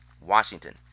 Washington